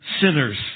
sinners